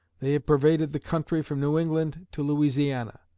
they have pervaded the country from new england to louisiana